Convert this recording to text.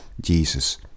Jesus